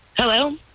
Hello